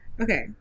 Okay